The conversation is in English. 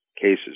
cases